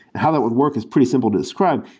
how that would work is pretty simple to describe.